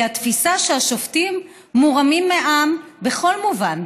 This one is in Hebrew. התפיסה שהשופטים מורמים מעם בכל מובן.